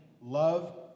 love